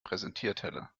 präsentierteller